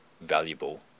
valuable